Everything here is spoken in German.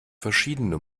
verschiedene